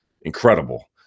incredible